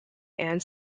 anne